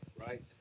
right